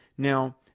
Now